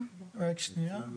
גם דורסי יום